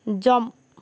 jump